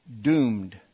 doomed